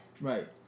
Right